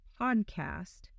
podcast